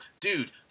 Dude